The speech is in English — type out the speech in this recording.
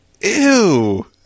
Ew